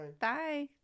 Bye